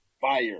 Fire